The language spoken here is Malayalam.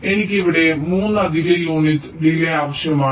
എനിക്ക് ഇവിടെ 3 അധിക യൂണിറ്റ് ഡിലേയ് ആവശ്യമാണ്